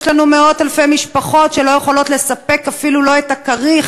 יש לנו מאות-אלפי משפחות שלא יכולות לספק אפילו את הכריך